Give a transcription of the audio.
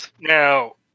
Now